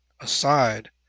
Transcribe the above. aside